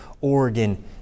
oregon